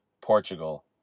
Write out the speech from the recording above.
Portugal